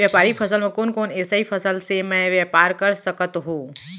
व्यापारिक फसल म कोन कोन एसई फसल से मैं व्यापार कर सकत हो?